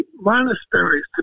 monasteries